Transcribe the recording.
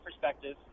perspective